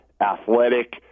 athletic